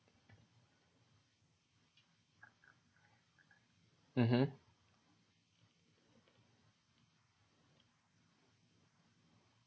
(uh huh)